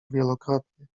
wielokrotnie